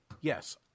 yes